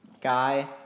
guy